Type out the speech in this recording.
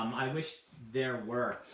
um i wish there were.